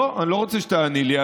לא, אני לא רוצה שתעני לי.